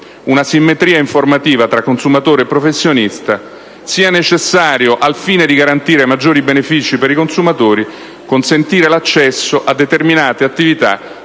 un'asimmetria informativa tra consumatore e professionista, sia necessario, al fine di garantire maggiori benefici per i consumatori, consentire l'accesso a determinate attività